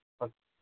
okay